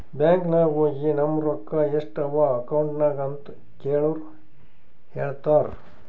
bank ನಾಗ್ ಹೋಗಿ ನಮ್ ರೊಕ್ಕಾ ಎಸ್ಟ್ ಅವಾ ಅಕೌಂಟ್ನಾಗ್ ಅಂತ್ ಕೇಳುರ್ ಹೇಳ್ತಾರ್